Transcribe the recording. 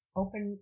open